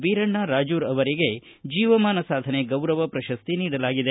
ವೀರಣ್ಣ ರಾಜೂರ ಅವರಿಗೆ ಜೇವಮಾನ ಸಾಧನೆ ಗೌರವ ಪ್ರಶಸ್ತಿ ನೀಡಲಾಗಿದೆ